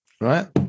right